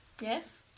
Yes